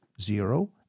zero